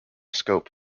scope